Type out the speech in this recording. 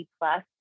Plus